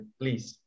please